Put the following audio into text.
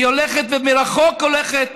והיא הולכת, ומרחוק הולכת,